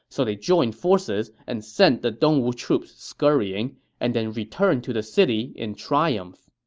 so they joined forces and sent the dongwu troops scurrying and then returned to the city in triumph